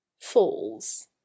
Falls